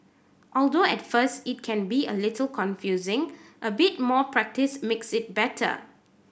although at first it can be a little confusing a bit more practice makes it better